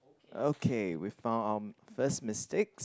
okay we found our first mistakes